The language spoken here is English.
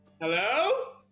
Hello